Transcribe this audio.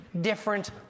different